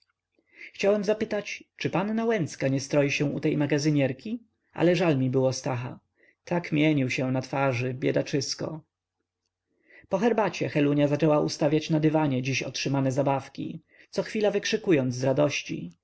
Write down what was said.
chciałem spytać czy panna łęcka nie stroi się u tej magazynierki ale żal mi było stacha tak mienił się na twarzy biedaczysko po herbacie helunia zaczęła ustawiać na dywanie dziś otrzymane zabawki cochwilę wykrzykując z radości